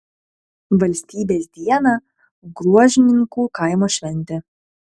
valstybės dieną gruožninkų kaimo šventė